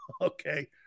okay